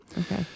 Okay